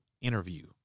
interview